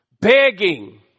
Begging